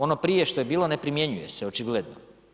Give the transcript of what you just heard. Ono prije što je bilo ne primjenjuje se očigledno.